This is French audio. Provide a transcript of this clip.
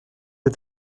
est